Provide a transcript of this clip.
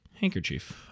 handkerchief